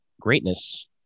greatness